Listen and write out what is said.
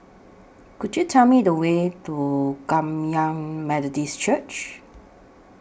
Could YOU Tell Me The Way to Kum Yan Methodist Church